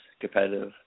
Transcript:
competitive